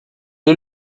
est